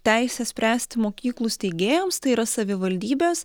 teisę spręsti mokyklų steigėjams tai yra savivaldybės